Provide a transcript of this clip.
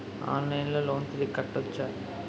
ఆన్లైన్లో లోన్ తిరిగి కట్టోచ్చా?